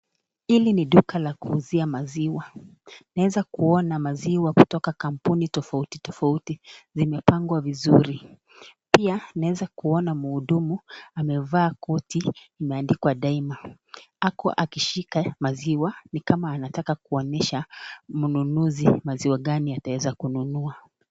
Hili ni duka la kuuzia maziwa. Naweza kuona maziwa kutoka kampuni tofauti tofauti zimepangwa vizuri. Pia naweza kuona mhudumu amevaa koti imeandikwa Daima. Ako akishika maziwa ni kama anataka kuonyesha mnunuzi maziwa gani ataweza kununua.